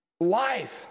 life